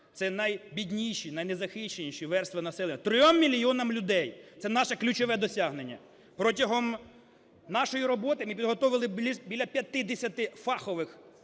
це найбідніші, найнезахищеніші версти населення, трьом мільйонам людей. Це наше ключове досягнення. Протягом нашої роботи ми підготовили біля 50 фахових,